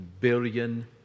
billion